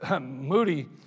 Moody